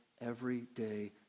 everyday